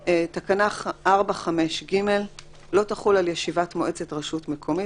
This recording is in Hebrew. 9 תקנה 4(5)(ג) לא תחול על ישיבת מועצת רשות מקומית,